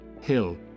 Hill